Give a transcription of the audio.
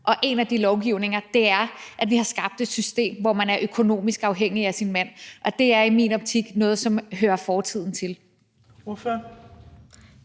og en af de lovgivninger har gjort, at vi har skabt et system, hvor man er økonomisk afhængig af sin mand, og det er i min optik noget, som hører fortiden til. Kl.